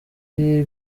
hari